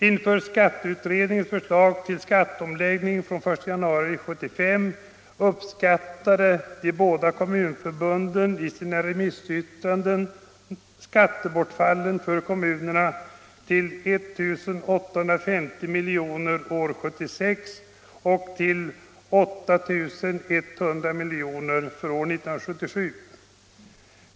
Inför skatteutredningens förslag till skatteomläggning från den 1 januari 1975 uppskattade de båda kommunförbunden i sina remissyttranden skattebortfallen för kommunerna till 1 850 milj. år 1976 och 8 100 milj.kr. för år 1977.